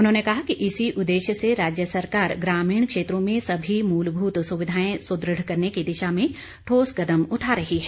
उन्होंने कहा कि इसी उद्देश्य से राज्य सरकार ग्रामीण क्षेत्रों में सभी मूलभूत सुविधाएं सुदृढ़ करने की दिशा में ठोस कदम उठा रही है